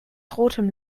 rotem